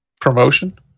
promotion